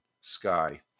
sky